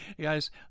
guys